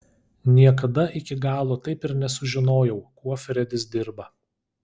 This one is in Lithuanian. niekada iki galo taip ir nesužinojau kuo fredis dirba